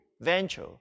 venture